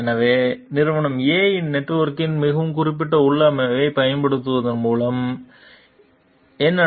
எனவே நிறுவனம் A இன் நெட்வொர்க்கின் மிகவும் குறிப்பிட்ட உள்ளமைவைப் பயன்படுத்துவதன் மூலம் இது என்ன